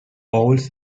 owls